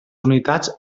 unitats